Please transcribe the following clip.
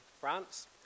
France